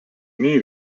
nei